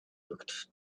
looked